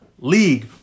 league